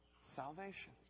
salvation